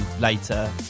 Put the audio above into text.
later